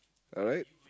alright